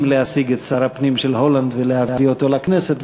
להשיג את שר הפנים של הולנד ולהביא אותו לכנסת,